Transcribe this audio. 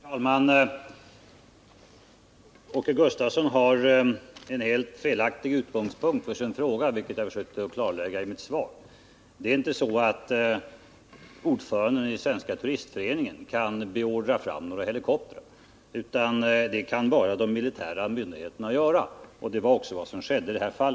Herr talman! Åke Gustavsson har en helt felaktig utgångspunkt för sin fråga, vilket jag försökte klarlägga i mitt svar. Det är inte så att ordföranden i Svenska turistföreningen kan beordra fram några helikoptrar. Det kan bara de militära myndigheterna göra, och det var vad som skedde i detta fall.